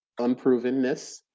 unprovenness